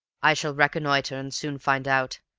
i shall reconnoitre and soon find out.